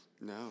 No